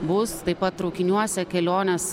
bus taip pat traukiniuose kelionės